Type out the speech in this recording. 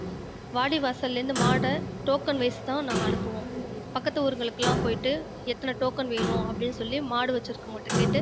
வாடிவாசல்லிருந்து மாடை டோக்கன்வைஸ் தான் நாங்கள் அனுப்புவோம் பக்கத்து ஊருங்களுக்கெலாம் போயிட்டு எத்தனை டோக்கன் வேணும் அப்படின்னு சொல்லி மாடு வச்சுருக்கவங்கள்ட்ட கேட்டு